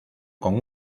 con